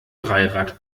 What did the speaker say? dreirad